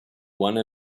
one